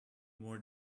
more